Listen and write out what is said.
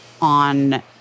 on